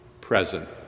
present